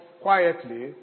quietly